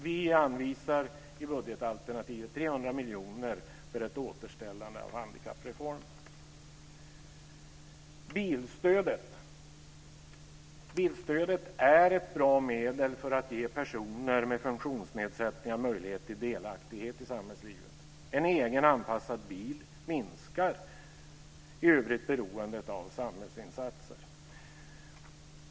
Vi anvisar i budgetalternativet 300 miljoner för ett återställande av handikappreformen. Bilstödet är ett bra medel för att ge personer med funktionsnedsättning möjlighet till delaktighet i samhällslivet. En egen, anpassad bil minskar i övrigt beroendet av samhällsinsatser.